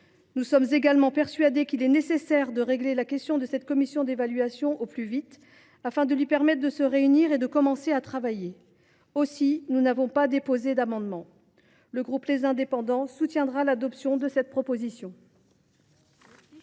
Nous sommes également persuadés qu’il est nécessaire de régler la question de cette commission d’évaluation au plus vite, afin de lui permettre de se réunir et de commencer à travailler. Aussi n’avons nous pas déposé d’amendement. Le groupe Les Indépendants – République et Territoires soutiendra l’adoption de cette proposition